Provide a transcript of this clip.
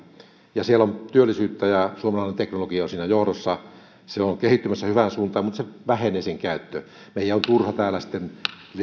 ja siellä on työllisyyttä ja suomalainen teknologia on siinä johdossa se on kehittymässä hyvään suuntaan mutta sen käyttö vähenee meidän on turha täällä